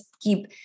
keep